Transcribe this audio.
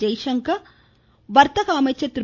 ஜெய்சங்கர் வர்த்தக அமைச்சர் திரு